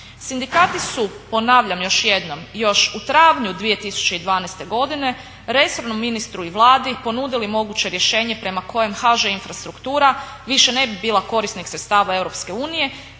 Sindikati su, ponavljam još jednom, još u travnju 2012. godine resornom ministru i Vladi ponudili moguće rješenje prema kojem HŽ Infrastruktura više ne bi bila korisnik sredstva